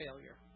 failure